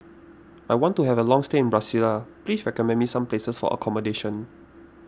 I want to have a long stay in Brasilia please recommend me some places for accommodation